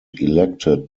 elected